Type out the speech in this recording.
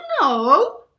no